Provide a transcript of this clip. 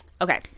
Okay